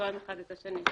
תואם אחד את השני.